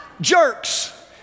jerks